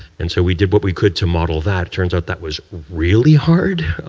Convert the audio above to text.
and so we did what we could to model that. turns out that was really hard,